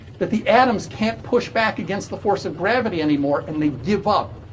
that the atoms can't push back against the force of gravity anymore and they give up.